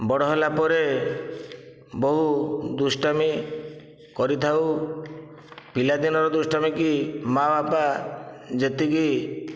ବଡ଼ ହେଲା ପରେ ବହୁ ଦୁଷ୍ଟାମି କରିଥାଉ ପିଲା ଦିନର ଦୁଷ୍ଟାମିକୁ ମାଆ ବାପା ଯେତିକି